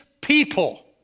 people